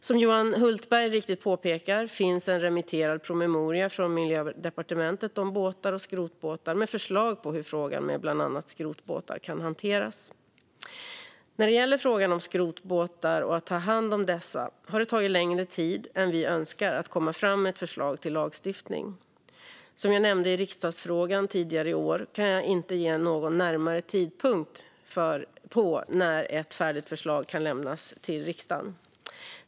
Som Johan Hultberg riktigt påpekar finns en remitterad promemoria från Miljödepartementet om båtar och skrotbåtar med förslag på hur frågan om bland annat skrotbåtar kan hanteras. När det gäller frågan om skrotbåtar och omhändertagande av dessa har det tagit längre tid än vi önskar att komma fram med ett förslag till lagstiftning. Som jag nämnde i riksdagsfrågan tidigare i år kan jag inte ge någon närmare tidpunkt för när ett färdigt förslag kan lämnas till riksdagen.